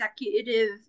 executive